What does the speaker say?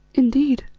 indeed,